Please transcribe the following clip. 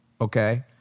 okay